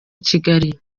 kigali